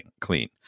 clean